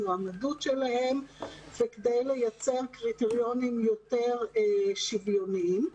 המועמדות שלהם וכדי לייצר קריטריונים יותר שוויוניים.